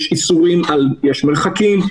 יש איסורים על מרחקים,